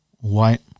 white